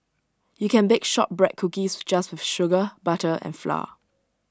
you can bake Shortbread Cookies just with sugar butter and flour